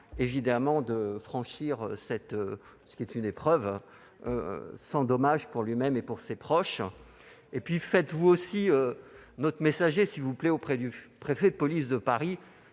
souhaitons de franchir cette épreuve sans dommage pour lui-même et ses proches. Faites-vous aussi notre messager, s'il vous plaît, auprès du préfet de police de Paris